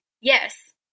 Yes